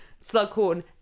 Slughorn